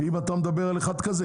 זה אם אתה מדבר על אחד כזה.